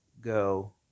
go